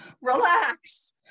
relax